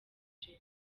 king